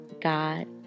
God